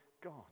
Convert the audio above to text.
God